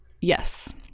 yes